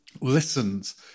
listens